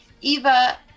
Eva